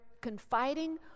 confiding